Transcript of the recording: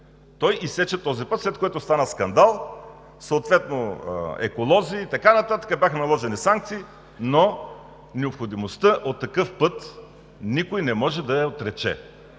Той изсече този път, след което стана скандал, съответно еколози и така нататък, бяха наложени санкции, но необходимостта от такъв път никой не може да я отрече.